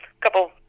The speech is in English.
couple